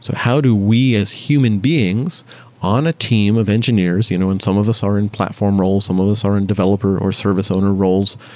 so how do we as human beings on a team of engineers you know and some of us are in platform roles, some of us are in developer or service owner roles,